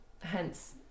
Hence